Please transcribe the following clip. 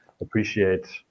appreciate